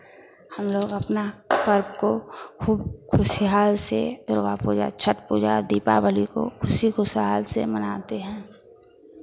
हम लोग अपना पर्व को खूब खुशहाल से दुर्गा पूजा छठ पूजा दीपावली को खुशी खुशहाल से मनाते हैं